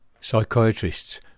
psychiatrists